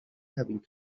having